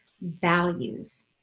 values